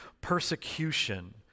persecution